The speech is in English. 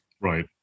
Right